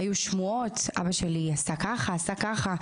היו שמועות, אבא שלי עשה כך, עשה כך.